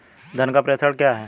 धन का प्रेषण क्या है?